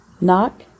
Knock